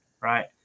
right